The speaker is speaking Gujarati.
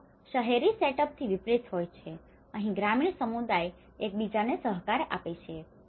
તેઓ શહેરી સેટઅપથી વિપરીત હોય છે અહીં ગ્રામીણ સમુદાય એક બીજાને સહકાર આપે છે